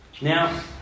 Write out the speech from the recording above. Now